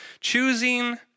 Choosing